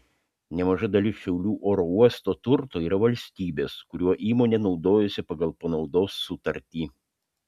nemaža dalis šiaulių oro uosto turto yra valstybės kuriuo įmonė naudojasi pagal panaudos sutartį